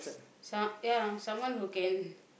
some ya someone who can